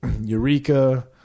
Eureka